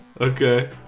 Okay